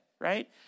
right